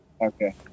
Okay